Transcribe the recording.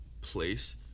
place